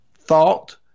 thought